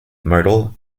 modal